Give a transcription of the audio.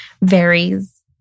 varies